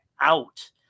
out